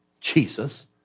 Jesus